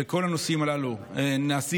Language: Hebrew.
וכל הנושאים הללו נעשים